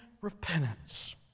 repentance